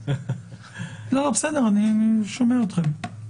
לא, בסדר, אני שומע אתכם.